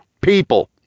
people